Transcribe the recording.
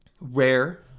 rare